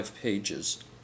pages